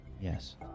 Yes